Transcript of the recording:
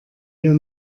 hier